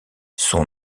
son